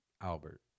Albert